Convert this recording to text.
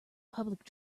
public